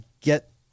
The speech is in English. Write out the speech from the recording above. get